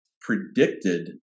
predicted